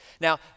Now